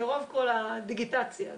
מרוב כל הדיגיטציה הזו.